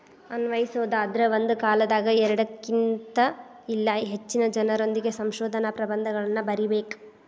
ಅನ್ವಯಿಸೊದಾದ್ರ ಒಂದ ಕಾಲದಾಗ ಎರಡಕ್ಕಿನ್ತ ಇಲ್ಲಾ ಹೆಚ್ಚಿನ ಜನರೊಂದಿಗೆ ಸಂಶೋಧನಾ ಪ್ರಬಂಧಗಳನ್ನ ಬರಿಬೇಕ್